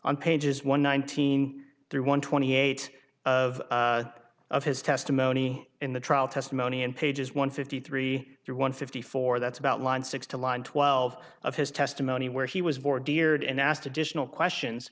on pages one nineteen through one twenty eight of of his testimony in the trial testimony in pages one fifty three through one fifty four that's about line six to line twelve of his testimony where he was bored teared and asked additional questions